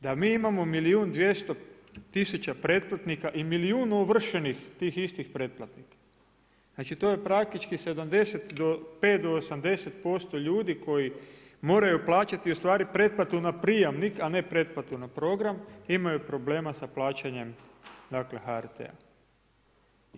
Da mi imamo milijun i 200 tisuća pretplatnika i milijun ovršenih tih istih pretplatnika, znači to je praktički 75 do 80% ljudi koji moraju plaćati ustvari pretplatu na prijamnik a ne preplatu na program, imaju problema sa plaćanje HRT-a.